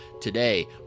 today